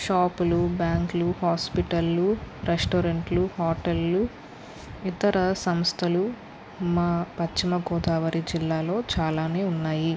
షాపులు బ్యాంకులు హాస్పిటల్లు రెస్టారెంట్లు హోటల్లు ఇతర సంస్థలు మా పశ్చిమగోదావరి జిల్లాలో చాలానే ఉన్నాయి